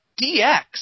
DX